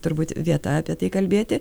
turbūt vieta apie tai kalbėti